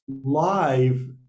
live